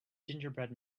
gingerbread